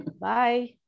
Bye